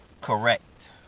correct